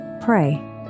pray